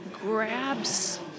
grabs